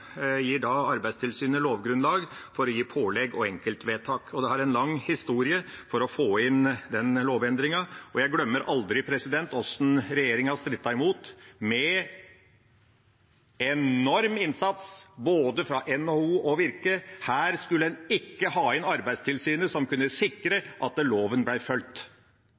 gir Arbeidstilsynet lovgrunnlag for å gi pålegg og enkeltvedtak, og det å få inn den lovendringen har en lang historie. Jeg glemmer aldri hvordan regjeringa strittet imot, med enorm innsats fra både NHO og Virke – her skulle en ikke ha inn Arbeidstilsynet som kunne sikre at loven ble fulgt.